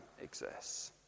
exists